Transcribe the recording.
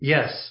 Yes